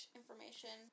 information